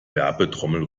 werbetrommel